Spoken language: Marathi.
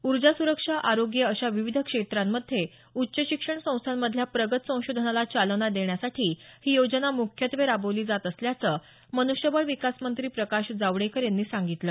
ऊर्जा सुरक्षा आरोग्य अशा विविध क्षेत्रांमध्ये उच्च शिक्षण संस्थांमधल्या प्रगत संशोधनाला चालना देण्यासाठी ही योजना मुख्यत्वे राबवली जात असल्याचं मन्ष्यबळ विकासमंत्री प्रकाश जावडेकर यांनी सांगितलं